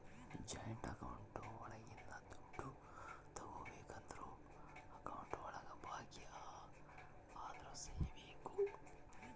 joint account ಒಳಗಿಂದ ದುಡ್ಡು ತಗೋಬೇಕು ಅಂದ್ರು ಅಕೌಂಟ್ ಒಳಗ ಭಾಗಿ ಅದೋರ್ ಸಹಿ ಬೇಕು